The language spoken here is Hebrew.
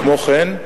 כמו כן,